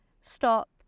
stop